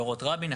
באורות רבין,